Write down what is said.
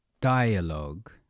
dialogue